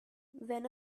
when